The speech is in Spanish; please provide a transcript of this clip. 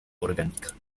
orgánica